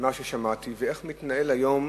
ממה ששמעתי על איך מתנהלת היום